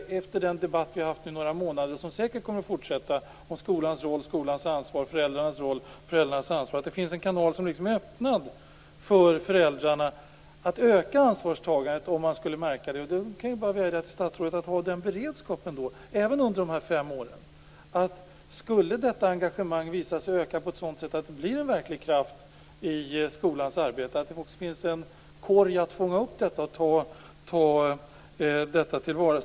Inte minst efter den debatt vi har haft i några månader, och som säkert kommer att fortsätta, om skolans roll och skolans ansvar, om föräldrarnas roll och föräldrarnas ansvar, tycker jag att det borde finnas en kanal som är öppnad för föräldrarna att öka ansvarstagandet om de skulle vilja det. Jag kan bara vädja till statsrådet att ha den beredskapen även under de här fem åren. Skulle detta engagemang visa sig öka på ett sådant sätt att det blir en verklig kraft i skolans arbete måste det också finnas en korg att fånga upp detta i och ta det till vara.